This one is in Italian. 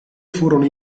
furono